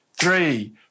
three